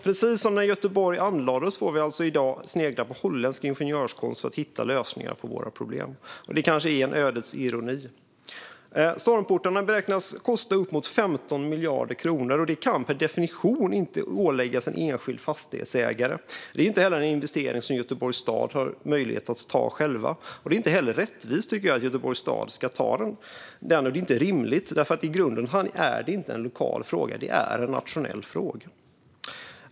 Precis som när Göteborg anlades får vi i dag snegla på holländsk ingenjörskonst för att hitta lösningar på våra problem. Det kanske är en ödets ironi. Stormportarna beräknas kosta uppemot 15 miljarder kronor. Det kan per definition inte åläggas en enskild fastighetsägare. Det är inte heller en investering som Göteborgs stad har möjlighet att ta själv. Det är inte heller rättvist att Göteborgs stad ska ta den kostnaden. Det är inte rimligt. I grunden är det inte en lokal fråga. Det är en nationell fråga.